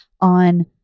on